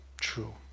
True